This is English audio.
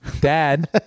dad